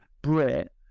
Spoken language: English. Brit